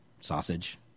sausage